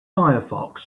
firefox